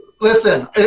listen